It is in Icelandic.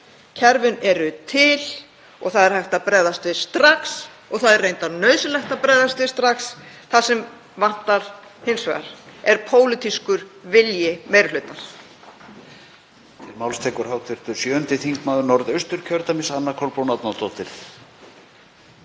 Kerfin eru til og það er hægt að bregðast við strax og það er reyndar nauðsynlegt að bregðast við strax. Það sem vantar hins vegar er pólitískur vilji meiri hlutans.